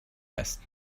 است